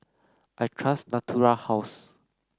I trust Natura House